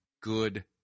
good